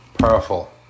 powerful